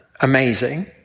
amazing